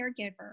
caregiver